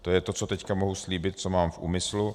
To je to, co teď mohu slíbit, co mám v úmyslu.